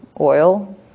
oil